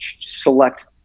select